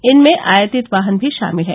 इनमें आयातित वाहन भी शामिल हैं